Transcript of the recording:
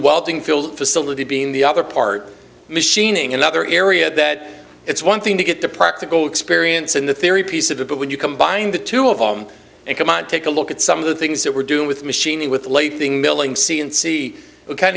welding field facility being the other part machining another area that it's one thing to get the practical experience and the theory piece of it but when you combine the two of them and come out and take a look at some of the things that we're doing with machining with